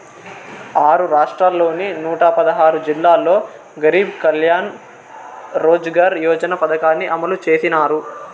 ఆరు రాష్ట్రాల్లోని నూట పదహారు జిల్లాల్లో గరీబ్ కళ్యాణ్ రోజ్గార్ యోజన పథకాన్ని అమలు చేసినారు